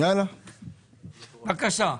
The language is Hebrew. בבקשה,